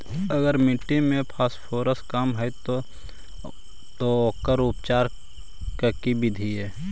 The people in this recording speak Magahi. अगर मट्टी में फास्फोरस कम है त ओकर उपचार के का बिधि है?